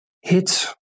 hit